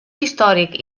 històric